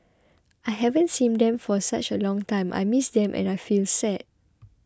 I haven't seen them for such a long time I miss them and I feel sad